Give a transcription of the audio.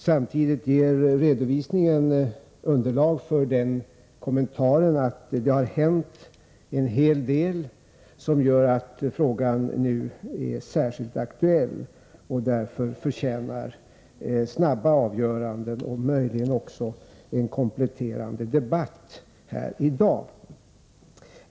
Samtidigt ger redovisningen underlag för den kommentaren att det har hänt en hel del som gör att frågan nu är särskilt aktuell och därför förtjänar snabba avgöranden och möjligen också en kompletterande debatt här i dag.